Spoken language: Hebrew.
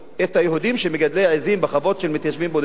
היהודים שמגדלים עזים בחוות של מתיישבים בודדים,